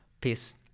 peace